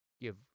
give